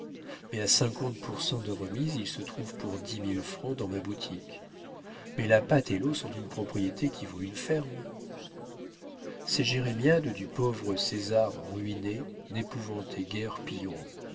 mais à cinquante pour cent de remise il se trouve pour dix mille francs dans ma boutique mais la pâte et l'eau sont une propriété qui vaut une ferme ces jérémiades du pauvre césar ruiné n'épouvantaient guère pillerault